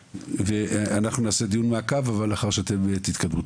ואנחנו נעשה דיון מעקב לאחר שאתם תתקדמו,